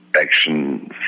Action